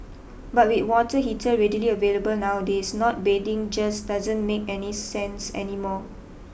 but with water heater readily available nowadays not bathing just doesn't make any sense anymore